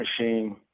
machine